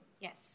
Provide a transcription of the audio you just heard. Yes